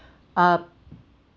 uh